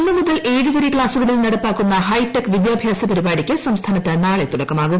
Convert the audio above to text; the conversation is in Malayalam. ഒന്ന് മുതൽ ഏഴ് വരെ ക്സാസൂക്കളിൽ ്നടപ്പാക്കുന്ന ഹൈടെക് വിദ്യാഭ്യാസ പരിപാടിക്ക് സ്യംസ്ട്രാനത്ത് നാളെ തുടക്കമാകും